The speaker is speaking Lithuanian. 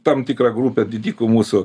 tam tikra grupė didikų mūsų